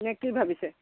নে কি ভাবিছে